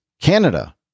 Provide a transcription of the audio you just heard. Canada